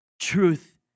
Truth